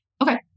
okay